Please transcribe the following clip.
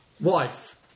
Wife